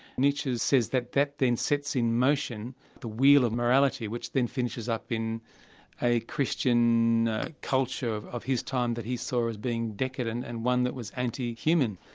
nietzsche says that that then sets in motion the wheel of morality, which then finishes up in a christian culture of of his time that he saw as being decadent and one that was anti-human.